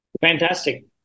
Fantastic